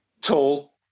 tall